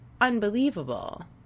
unbelievable